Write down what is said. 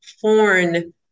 foreign